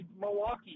Milwaukee